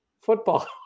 football